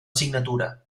signatura